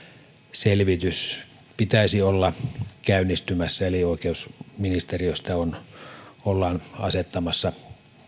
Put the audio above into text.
selvityksen pitäisi olla käynnistymässä eli oikeusministeriöstä ollaan asettamassa